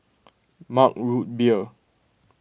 Mug Root Beer